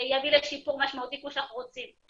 שיביא לשיפור משמעותי כמו שאנחנו רוצים.